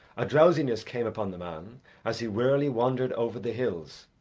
a drowsiness came upon the man as he wearily wandered over the hills,